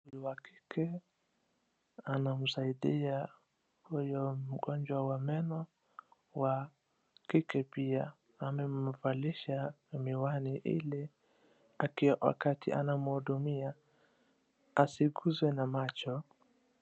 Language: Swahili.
[?] wa kike anamsaidia huyu mgonjwa wa meno, wa kike pia, amemvalisha miwani ile, wakati anamhudumia, asiguzwe na macho.